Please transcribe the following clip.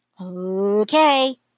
Okay